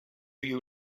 you